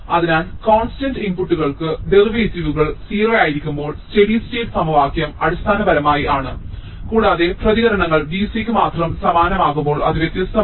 അതിനാൽ കോൺസ്റ്റന്റ് ഇൻപുട്ടുകൾക്ക് ഡെറിവേറ്റീവുകൾ 0 ആയിരിക്കുമ്പോൾ സ്റ്റേഡി സ്റ്റേറ്റ് സമവാക്യം അടിസ്ഥാനപരമായി ആണ് കൂടാതെ പ്രതികരണങ്ങൾ V c ന് മാത്രം സമാനമാകുമ്പോൾ അത് വ്യത്യസ്തമാണ്